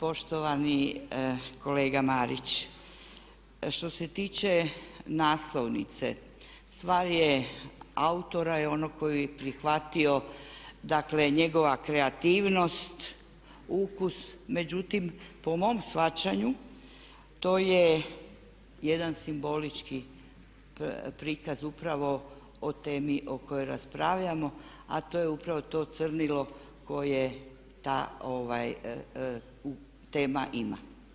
Poštovani kolega Marić što se tiče naslovnice stvar je autora i onog koji je prihvatio, dakle njegova kreativnost, ukus međutim po mom shvaćanju to je jedan simbolički prikaz upravo o temi o kojoj raspravljamo, a to je upravo to crnilo koje ta tema ima.